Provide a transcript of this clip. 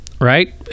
right